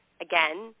again